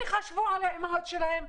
תחשבו על האימהות שלכם,